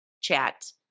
chat